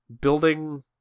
building